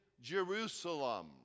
Jerusalem